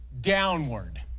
downward